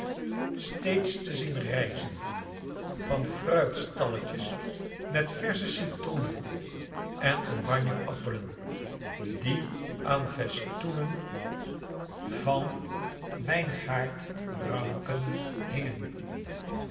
steeds te zien rijzen van fruitstalletjes met versche citroenen en oranjeappelen die aan festoenen van wijngaardranken hingen